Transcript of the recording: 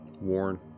Warren